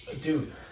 dude